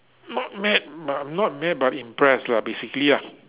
not mad but not mad but impressed lah basically lah